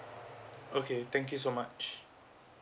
okay thank you so much